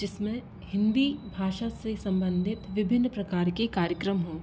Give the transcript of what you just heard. जिसमें हिंदी भाषा से संबंधित विभिन्न प्रकार के कार्यक्रम हो